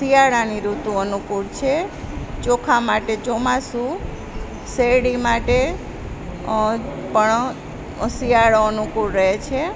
શિયાળાની ઋતુ અનુકૂળ છે ચોખા માટે ચોમાસું શેરડી માટે પણ શિયાળો અનુકૂળ રહે છે